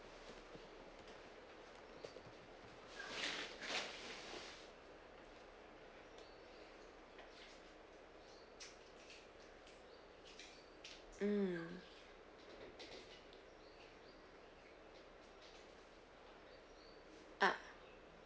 mm ah